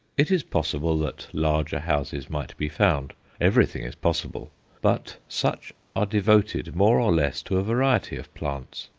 it is possible that larger houses might be found everything is possible but such are devoted more or less to a variety of plants,